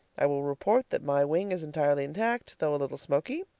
i will report that my wing is entirely intact, though a little smoky,